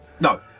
No